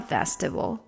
Festival 。